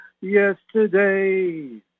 yesterday